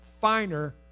finer